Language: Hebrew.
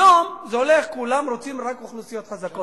היום זה הולך, כולם רוצים רק אוכלוסיות חזקות.